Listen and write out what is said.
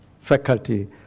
faculty